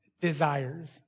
desires